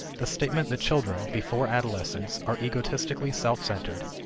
the statement that children, before adolescence, are egotistically self-centered,